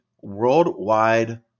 worldwide